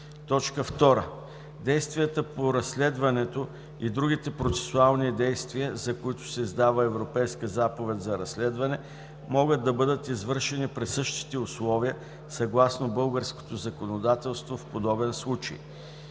2. действията по разследването и другите процесуални действия, за които се издава Европейската заповед за разследване, могат да бъдат извършени при същите условия съгласно българското законодателство в подобен случай.